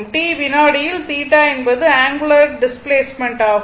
t வினாடியில் θ என்பது angular displacement ஆகும்